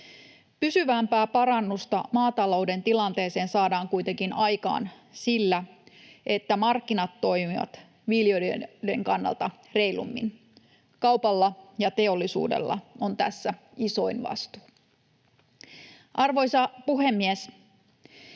Pysyvämpää parannusta maatalouden tilanteeseen saadaan kuitenkin aikaan sillä, että markkinat toimivat viljelijöiden kannalta reilummin. Kaupalla ja teollisuudella on tässä isoin vastuu. Arvoisa puhemies!